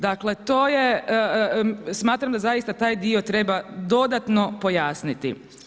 Dakle, to je, smatram da zaista taj dio treba dodatno pojasniti.